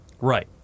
Right